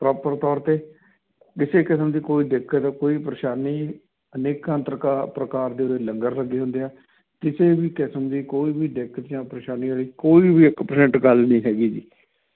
proper ਤੌਰ 'ਤੇ ਕਿਸੇ ਕਿਸਮ ਦੀ ਕੋਈ ਦਿੱਕਤ ਕੋਈ ਪਰੇਸ਼ਾਨੀ ਅਨੇਕਾਂ ਪ੍ਰਕਾ ਪ੍ਰਕਾਰ ਦੇ ਉਰੇ ਲੰਗਰ ਲੱਗੇ ਹੁੰਦੇ ਆ ਕਿਸੇ ਵੀ ਕਿਸਮ ਦੀ ਕੋਈ ਵੀ ਦਿੱਕਤ ਜਾਂ ਪਰੇਸ਼ਾਨੀ ਵਾਲੀ ਕੋਈ ਵੀ ਇੱਕ ਪ੍ਰਸੈਂਟ ਗੱਲ ਨਹੀਂ ਹੈਗੀ ਜੀ